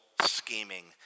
scheming